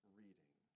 reading